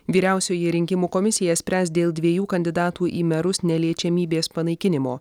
vyriausioji rinkimų komisija spręs dėl dviejų kandidatų į merus neliečiamybės panaikinimo